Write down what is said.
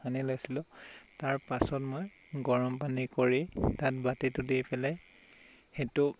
সানি লৈছিলোঁ তাৰ পাছত মই গৰম পানী কৰি তাত বাতিটো দি পেলাই সেইটো